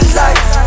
life